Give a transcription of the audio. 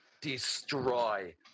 destroy